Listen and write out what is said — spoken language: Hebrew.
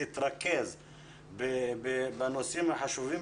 תתרכז במשך כמה דקות בנושאים החשובים